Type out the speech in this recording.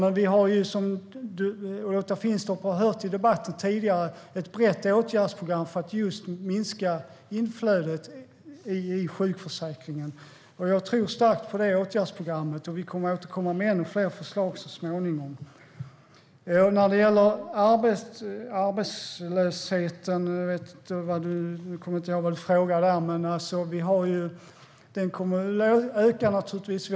Men vi har, som Lotta Finstorp har hört i debatten tidigare, ett brett åtgärdsprogram för att just minska inflödet i sjukförsäkringen. Jag tror starkt på detta åtgärdsprogram, och vi kommer att komma med ännu fler förslag så småningom. När det gäller arbetslösheten kommer jag nu inte ihåg vad du frågade. Den kommer naturligtvis att öka.